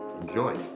enjoy